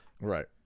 right